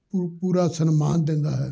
ਪੂ ਪੂਰਾ ਸਨਮਾਨ ਦਿੰਦਾ ਹੈ